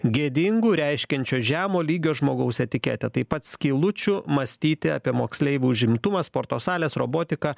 gėdingu reiškiančio žemo lygio žmogaus etiketę taip pat skylučių mąstyti apie moksleivių užimtumą sporto salės robotika